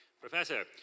Professor